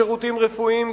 שירותים רפואיים,